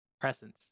Presence